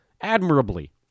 admirably